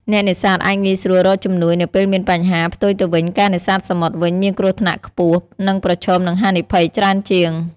អ្នកនេសាទអាចងាយស្រួលរកជំនួយនៅពេលមានបញ្ហា។ ផ្ទុយទៅវិញ ការនេសាទសមុទ្រវិញមានគ្រោះថ្នាក់ខ្ពស់ និងប្រឈមនឹងហានិភ័យច្រើនជាង។